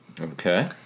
Okay